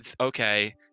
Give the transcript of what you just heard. okay